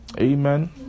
Amen